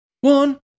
One